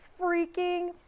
freaking